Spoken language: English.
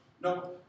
no